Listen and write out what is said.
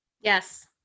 Yes